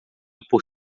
por